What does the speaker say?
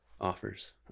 offers